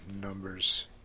numbers